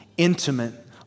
intimate